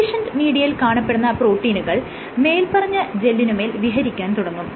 conditioned മീഡിയയിൽ കാണപ്പെടുന്ന പ്രോട്ടീനുകൾ മേല്പറഞ്ഞ ജെല്ലിനുമേൽ വിഹരിക്കാൻ തുടങ്ങും